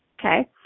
Okay